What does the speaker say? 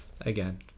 again